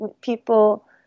people